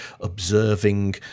observing